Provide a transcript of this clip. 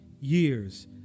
years